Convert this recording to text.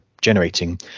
generating